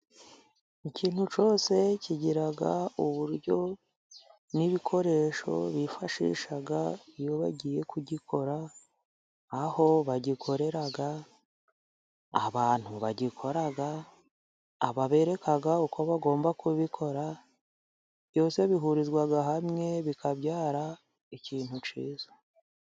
Ikintu cyose kigira uburyo n'ibikoresho bifashisha iyo bagiye kugikora, aho bagikorera, abantu bagikora, ababereka uko bagomba kubikora. Byose bihurizwa hamwe bikabyara ikintu cyiza.